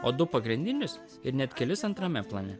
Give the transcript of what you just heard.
o du pagrindinius ir net kelis antrame plane